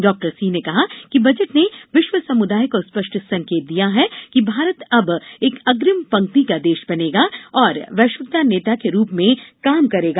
doctor Singh ने कहा कि बजट ने विश्व समुदाय को स्पष्ट संकेत दिया है कि भारत अब एक अग्रिम पंक्ति का देश बनेगा और वैश्विक नेता के रूप में काम करेगा